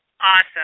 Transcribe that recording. Awesome